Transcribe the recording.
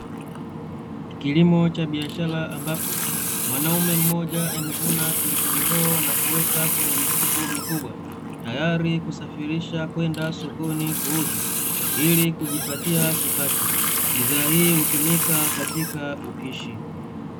Kilimo cha biashara ambapo mwanaume mmoja amevuna pilipili hoho na kuweka kwenye mifuko mikubwa tayari kusafirisha kwenda sokoni kuuzwa ili kujipatia kipato, bidhaa hii hutumika katika upishi.